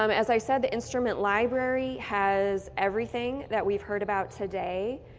um as i said, the instrument library has everything that we've heard about today.